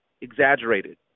exaggerated